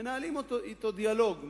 ומנהלים אתו דיאלוג,